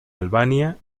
albania